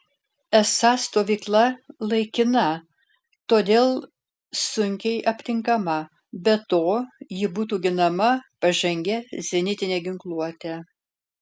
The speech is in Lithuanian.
esą stovykla laikina todėl sunkiai aptinkama be to ji būtų ginama pažangia zenitine ginkluote